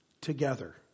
together